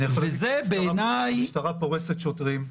וזה בעיניי --- המשטרה פורסת שוטרים,